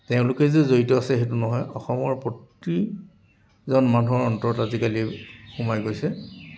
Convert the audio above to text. তেওঁলোকেই যে জড়িত আছে সেইটো নহয় অসমৰ প্ৰতিজন মানুহৰ অন্তৰত আজিকালি সোমাই গৈছে